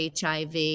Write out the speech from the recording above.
HIV